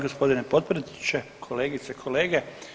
Gospodine potpredsjedniče, kolegice i kolege.